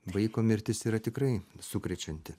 vaiko mirtis yra tikrai sukrečianti